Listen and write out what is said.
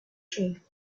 through